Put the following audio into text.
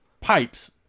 pipes